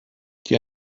die